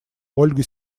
ольга